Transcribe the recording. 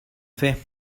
fer